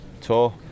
Tour